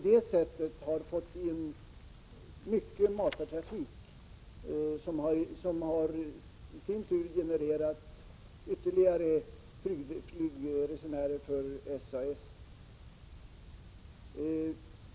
Det har ju för SAS inneburit matartrafik, som i sin tur har genererat ytterligare flygresenärer för SAS.